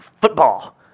football